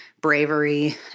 bravery